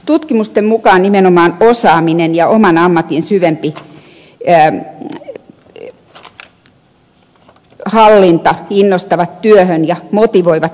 tutkimusten mukaan nimenomaan osaaminen ja oman ammatin syvempi hallinta innostavat työhön ja motivoivat työssäjaksamisessa